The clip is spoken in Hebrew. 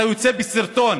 אתה יוצא בסרטון,